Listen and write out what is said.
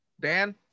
Dan